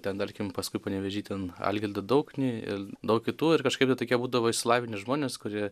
ten tarkim paskui panevėžy ten algirdą dauknį ir daug kitų ir kažkaip jie tokie būdavo išsilavinę žmonės kurie